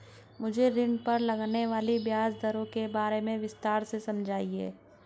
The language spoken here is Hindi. मुझे ऋण पर लगने वाली ब्याज दरों के बारे में विस्तार से समझाएं